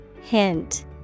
Hint